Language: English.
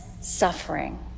suffering